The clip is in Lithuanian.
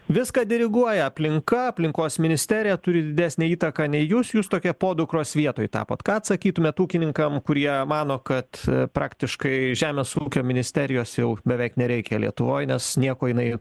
viską diriguoja aplinka aplinkos ministerija turi didesnę įtaką nei jūs jūs tokie podukros vietoj tapot ką atsakytumėt ūkininkam kurie mano kad praktiškai žemės ūkio ministerijos jau beveik nereikia lietuvoj nes nieko jinai